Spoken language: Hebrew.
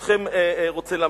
אני, ברשותכם, רוצה להמשיך.